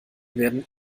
werden